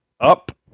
up